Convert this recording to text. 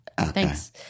Thanks